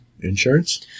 Insurance